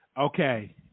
Okay